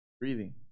breathing